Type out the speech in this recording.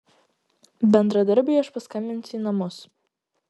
bendradarbiui aš paskambinsiu į namus